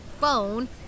phone